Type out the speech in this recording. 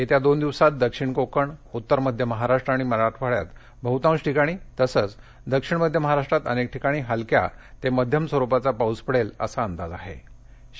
येत्या दोन दिवसात दक्षिण कोकण उत्तर मध्य महाराष्ट्र आणि मराठवाङ्यात बहुतांश ठिकाणी तसंच दक्षिण मध्य महाराष्ट्रात अनेक ठिकाणी हलक्या ते मध्यम स्वरुपाचा पाऊस पडेल असा अंदाज हवामान खात्यानं वर्तवला आहे